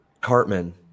Cartman